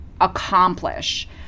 accomplish